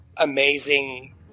amazing